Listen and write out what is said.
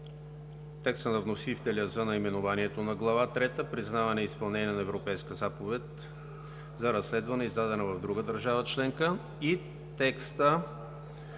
текста на вносителя за наименованието на Глава трета – „Признаване и изпълнение на Европейска заповед за разследване, издадена в друга държава членка“, и текста